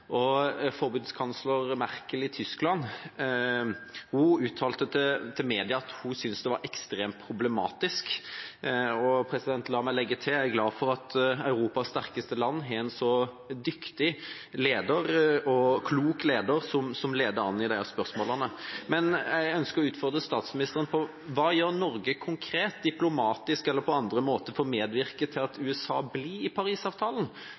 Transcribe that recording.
Merkel i Tyskland uttalte til media at hun syntes det var ekstremt problematisk, og la meg legge til at jeg er glad for at Europas sterkeste land har en så dyktig og klok leder, som ledet an i disse spørsmålene. Men det jeg ønsker å utfordre statsministeren på, er dette: Hva gjør Norge konkret – diplomatisk eller på andre måter – for å medvirke til at USA blir i